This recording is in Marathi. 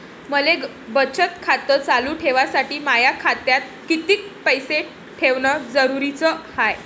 मले बचत खातं चालू ठेवासाठी माया खात्यात कितीक पैसे ठेवण जरुरीच हाय?